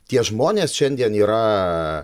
tie žmonės šiandien yra